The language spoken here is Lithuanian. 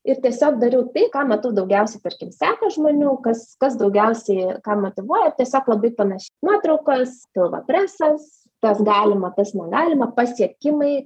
ir tiesiog dariau tai ką matau daugiausiai tarkim seka žmonių kas kas daugiausiai ką motyvuoja ir tiesiog labai panašiai nuotraukos pilvo presas tas galima tas negalima pasiekimai